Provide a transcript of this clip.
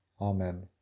Amen